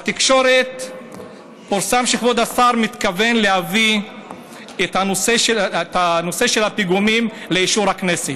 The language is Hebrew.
בתקשורת פורסם שכבוד השר מתכוון להביא את נושא הפיגומים לאישור הכנסת.